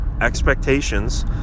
expectations